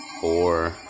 four